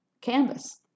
canvas